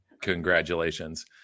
congratulations